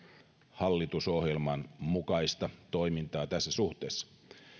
hallitusohjelman mukaista toimintaa tässä suhteessa